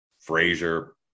Frazier